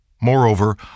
Moreover